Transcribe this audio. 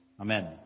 Amen